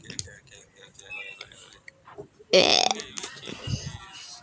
ya